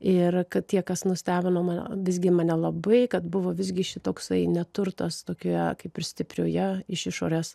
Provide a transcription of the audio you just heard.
ir kad tie kas nustebino mane visgi mane labai kad buvo visgi šitoksai ne turtas tokioje kaip ir stiprioje iš išorės